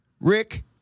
rick